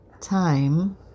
time